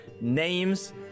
names